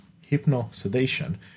hypno-sedation